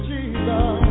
Jesus